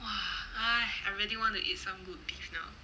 !wah! !hais! I really want to eat some good beef now